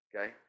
Okay